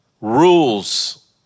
rules